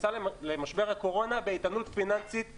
ונכנסה למשבר הקורונה באיתנות פיננסית טובה.